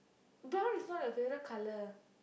brown is not your favourite colour